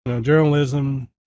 journalism